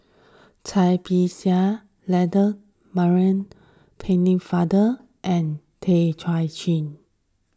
Cai Bixia Land Maurice Pennefather and Tay Kay Chin